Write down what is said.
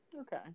Okay